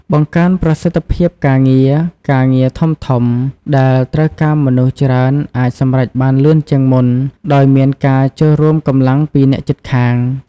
បង្កើនប្រសិទ្ធភាពការងារ ការងារធំៗដែលត្រូវការមនុស្សច្រើនអាចសម្រេចបានលឿនជាងមុន ដោយមានការចូលរួមកម្លាំងពីអ្នកជិតខាង។